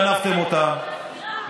גנבתם אותן,